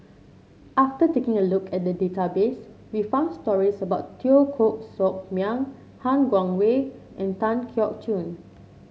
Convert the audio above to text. after taking a look at the database we found stories about Teo Koh Sock Miang Han Guangwei and Tan Keong Choon